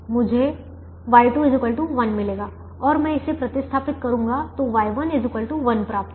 मुझे Y2 1 मिलेगा और मैं इसे प्रतिस्थापित करूंगा तो Y1 1 प्राप्त होगा